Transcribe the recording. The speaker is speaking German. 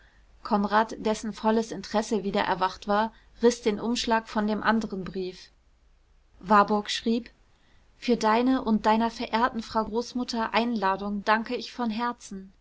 konrad dessen volles interesse wieder erwacht war riß den umschlag von dem anderen brief warburg schrieb für deine und deiner verehrten frau großmutter einladung danke ich von herzen